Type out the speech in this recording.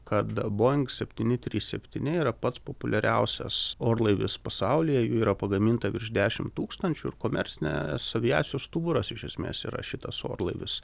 kad boing septyni trys septyni yra pats populiariausias orlaivis pasaulyje jų yra pagaminta virš dešimt tūkstančių ir komercinę su aviacijos stuburas iš esmės yra šitas orlaivis